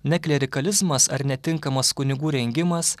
ne klerikalizmas ar netinkamas kunigų rengimas